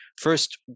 First